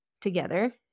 together